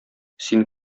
син